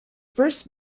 first